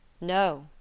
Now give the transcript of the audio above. No